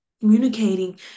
communicating